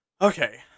Okay